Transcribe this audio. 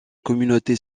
communauté